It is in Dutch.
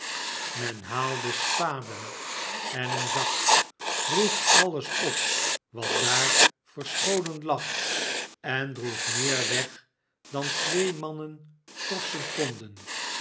men haalde spaden en een zak groef alles op wat daar versscholen lag en droeg meer weg dan twee mannen torschen konden